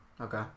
Okay